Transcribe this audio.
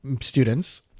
students